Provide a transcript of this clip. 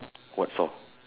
what saw